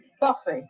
buffy